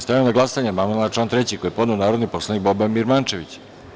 Stavljam na glasanje amandman na član 3. koji je podneo narodni poslanik Boban Birmančević.